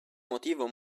motivo